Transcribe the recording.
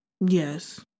Yes